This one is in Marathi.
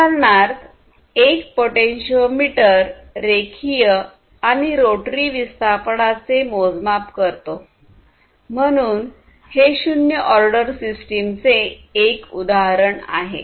उदाहरणार्थ एक पोटेंतिओमीटर रेखीय आणि रोटरी विस्थापनांचे मोजमाप करतो म्हणून हे शून्य ऑर्डर सिस्टमचे एक उदाहरण आहे